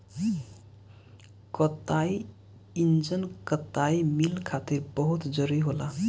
कताई इंजन कताई मिल खातिर बहुत जरूरी होला